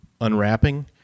unwrapping